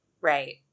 right